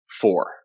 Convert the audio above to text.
four